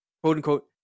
quote-unquote